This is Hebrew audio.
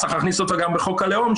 צריך להכניס אותה גם בחוק הלאום,